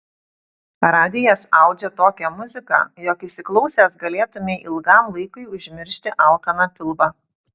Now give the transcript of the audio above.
radijas audžia tokią muziką jog įsiklausęs galėtumei ilgam laikui užmiršti alkaną pilvą